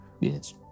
Yes